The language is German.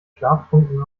schlaftrunken